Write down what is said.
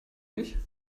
mich